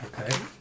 okay